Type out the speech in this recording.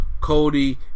Cody